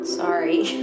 sorry